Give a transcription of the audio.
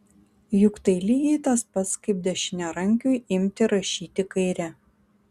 juk tai lygiai tas pats kaip dešiniarankiui imti rašyti kaire